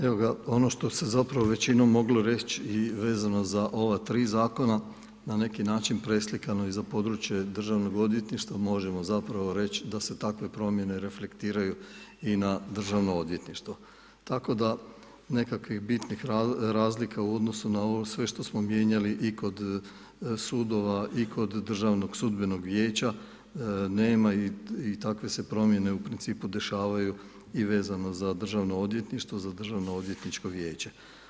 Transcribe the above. Evo ga, ono što se zapravo većinom moglo reći vezano za ova 3 zakona, na neki način, preslikano je za područje Državnog odvjetništva, možemo zapravo reći, da se takve promijene reflektiraju i na Državno odvjetništvo, tako da nekakvih bitnih razlika u odnosu na ovo sve što smo mijenjali i kod sudova i kod Državnog sudbenog vijeća nema i takve se promijene u principu dešavaju i vezano za Državno odvjetništvo, za Državnoodvjenitičko vijeće.